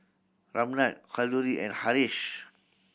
Ramnath Kalluri and Haresh